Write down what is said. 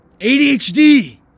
ADHD